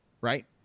right